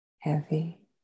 Heavy